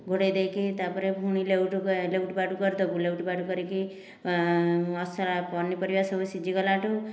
ଘୋଡ଼ାଇ ଦେଇକି ତାପରେ ପୁଣି ଲେଉଟୁ ପାଉଟୁ କରିଦେବୁ ଲେଉଟୁ ପାଉଟୁ କରିକି ମସଲା ପନିପରିବା ସବୁ ସିଝିଗଲା ଠୁ